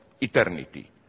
eternity